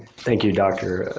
thank you, dr.